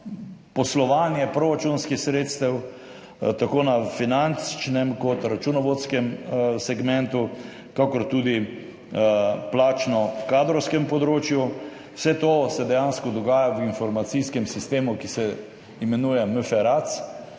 poslovanje proračunskih sredstev tako na finančnem kot na računovodskem segmentu, kakor tudi na plačno-kadrovskem področju. Vse to se dejansko dogaja v informacijskem sistemu, ki se imenuje MFERAC,